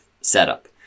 setup